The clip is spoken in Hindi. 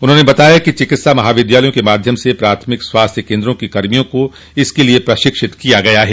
उन्होंने बताया कि चिकित्सा महाविद्यालयों के माध्यम से प्राथमिक स्वास्थ्य केन्द्रों के कर्मियों को इस हेतु प्रशिक्षित किया गया है